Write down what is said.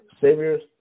saviors